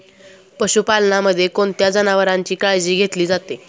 पशुपालनामध्ये कोणत्या जनावरांची काळजी घेतली जाते?